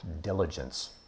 diligence